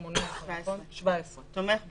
2017. תומך ב-2018.